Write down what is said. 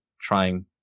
trying